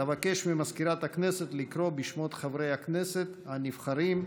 אבקש ממזכירת הכנסת לקרוא בשמות חברי הכנסת הנבחרים,